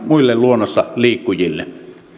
muille luonnossa liikkujille